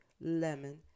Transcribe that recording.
lemon